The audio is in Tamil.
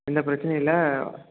எந்த பிரச்சினையும் இல்லை